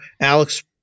Alex